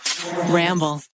Ramble